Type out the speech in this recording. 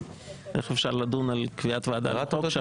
איך אפשר לדון על קביעת ועדה כשהחוק לא נמצא לפנינו?